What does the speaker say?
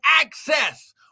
access